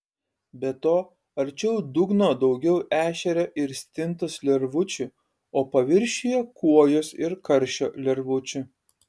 be to arčiau dugno daugiau ešerio ir stintos lervučių o paviršiuje kuojos ir karšio lervučių